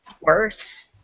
worse